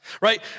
right